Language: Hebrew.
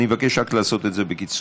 אני רק מבקש לעשות את זה בקיצור.